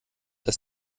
das